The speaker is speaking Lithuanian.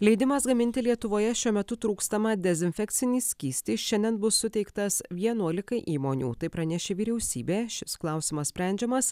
leidimas gaminti lietuvoje šiuo metu trūkstamą dezinfekcinį skystį šiandien bus suteiktas vienuolikai įmonių tai pranešė vyriausybė šis klausimas sprendžiamas